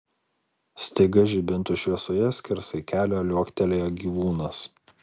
staiga žibintų šviesoje skersai kelio liuoktelėjo gyvūnas